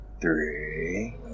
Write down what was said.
three